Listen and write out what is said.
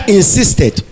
insisted